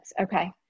Okay